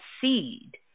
seed